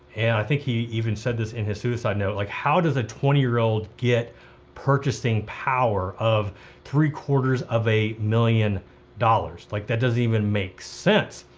and i think he even said this in his suicide note, like, how does a twenty year old get purchasing power of three quarters of a million dollars? like, that doesn't even make sense,